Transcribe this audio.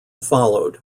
followed